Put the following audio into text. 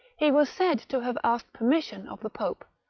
he was said to have asked permission of the pope,